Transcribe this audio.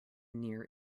near